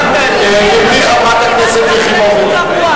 חברת הכנסת יחימוביץ.